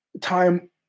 time